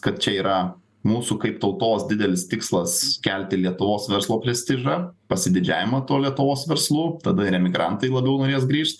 kad čia yra mūsų kaip tautos didelis tikslas kelti lietuvos verslo prestižą pasididžiavimą tuo lietuvos verslu tada ir emigrantai labiau norės grįžt